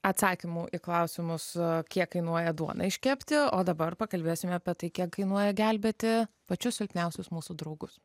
atsakymų į klausimus su kiek kainuoja duoną iškepti o dabar pakalbėsime apie tai kiek kainuoja gelbėti pačius silpniausius mūsų draugus